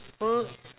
work